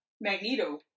Magneto